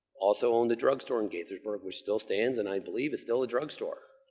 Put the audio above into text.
also owned the drug store in gaithersburg, which still stands and i believe is still a drug store.